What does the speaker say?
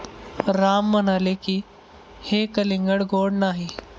राम म्हणाले की, हे कलिंगड गोड नाही